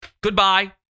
Goodbye